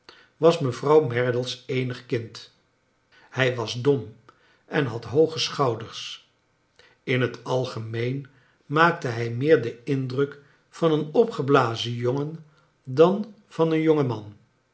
was mevrouw merdle's eenig kind hij was dom en had hooge schouders in het algemeen maakte hij meer den indruk vane en opgeblazen jongen dan van een jongen man